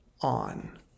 on